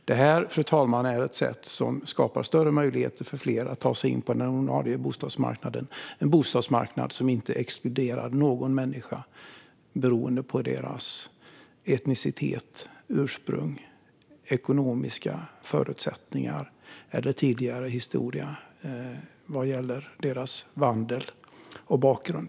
Detta, fru talman, är ett sätt som skapar större möjligheter för fler att ta sig in på den ordinarie bostadsmarknaden - en bostadsmarknad som inte exkluderar någon människa beroende på etnicitet, ursprung, ekonomiska förutsättningar eller tidigare historia vad gäller vandel och bakgrund.